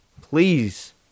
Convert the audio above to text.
please